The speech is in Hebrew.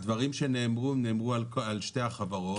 הדברים הקשים שנאמרו הם נאמרו על שתי החברות.